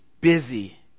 busy